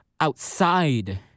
outside